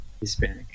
Hispanic